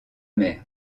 mer